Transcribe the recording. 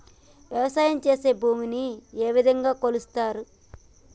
వ్యవసాయం చేసి భూమిని ఏ విధంగా కొలుస్తారు?